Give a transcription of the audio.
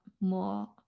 more